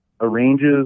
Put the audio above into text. arranges